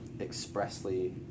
expressly